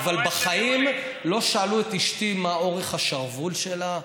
אבל בחיים לא שאלו את אשתי מה אורך השרוול שלה,